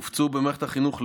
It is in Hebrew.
הופצו במערכת החינוך,